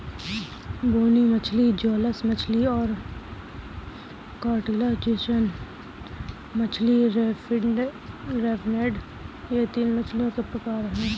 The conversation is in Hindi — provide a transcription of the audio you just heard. बोनी मछली जौलेस मछली और कार्टिलाजिनस मछली रे फिनेड यह तीन मछलियों के प्रकार है